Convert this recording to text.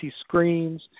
screens